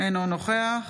אינו נוכח